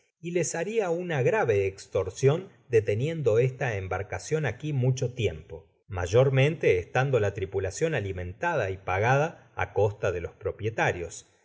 y les haria una grave estorsion deteniendo esta embarcacion aqui mucho tiempo mayor mente estando la tripulacion alimentada y pagada á costa de los propietarios he